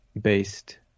based